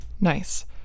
Nice